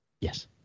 Yes